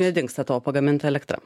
nedingsta tavo pagaminta elektra